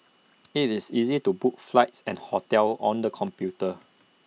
IT is easy to book flights and hotels on the computer